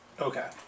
Okay